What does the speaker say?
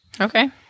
Okay